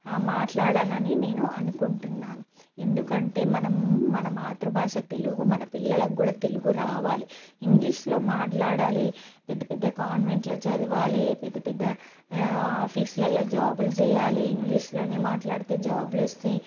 మాట్లాడాలి అని నేను అనుకుంటున్నాను ఎందుకంటే మనం మన మాతృభాష తెలుగు మన పిల్లల కూడా తెలుగు రావాలి ఇంగ్లీష్లో మాట్లాడాలి పెద్దపెద్ద కాన్వెంట్లలో చదవాలి పెద్దపెద్ద ఆఫీస్లలో జాబులు చేయాలి ఇంగ్లీష్లోనే మాట్లాడితే జాబులు